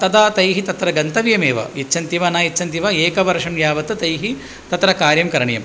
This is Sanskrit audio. तदा तैः तत्र गन्तव्यमेव इच्छन्ति वा न इच्छन्ति वा एकवर्षन् यावत् तैः तत्र कार्यं करणीयम्